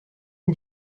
une